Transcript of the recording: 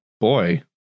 boy